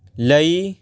ਲਈ